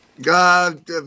God